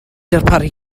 darparu